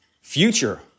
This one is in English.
future